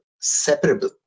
separable